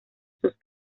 sus